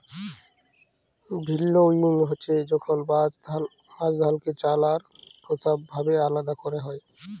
ভিল্লউইং হছে যখল ধালকে চাল আর খোসা ভাবে আলাদা ক্যরা হ্যয়